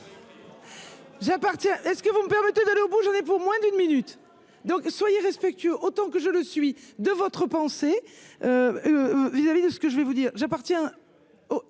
J'appartiens est ce que vous me permettez d'aller au bout, j'en ai pour moins d'une minute, donc soyez respectueux, autant que je le suis de votre pensée vis-à-vis de ce que je vais vous dire j'appartiens